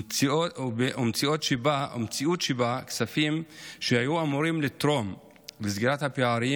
ועם מציאות שבה כספים שהיו אמורים לתרום לסגירת הפערים